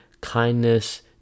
Kindness